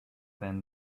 than